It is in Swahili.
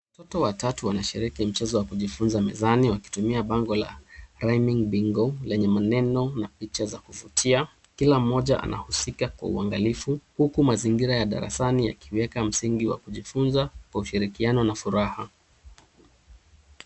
Watoto watatu wanashiriki mchezo wa kujifunza mezani wakitumia bango la Rhyming Bingo lenye maneno na picha za kuvutia. Kila mmoja anahusika kwa uangalifu huku mazingira ya darasani yakiweka msingi wa kujifunza kwa ushirikiano na furaha.